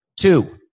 Two